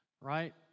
right